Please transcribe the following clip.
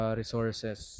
resources